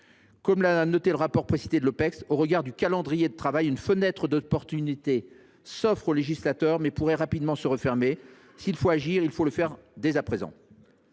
les auteurs du rapport de l’Opecst, au regard du calendrier de travail, une fenêtre d’opportunité s’offre au législateur, mais elle pourrait rapidement se refermer : s’il faut agir, il faut le faire dès à présent.